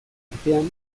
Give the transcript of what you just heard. artean